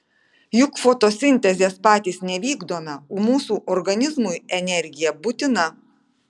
juk fotosintezės patys nevykdome o mūsų organizmui energija būtina